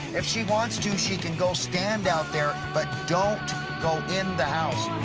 if she wants to, she can go stand out there. but don't go in the house.